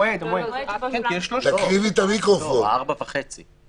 במיוחד כשמדובר בהסדרים על חובות שהם לא של מיליונים,